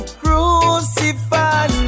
crucify